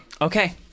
Okay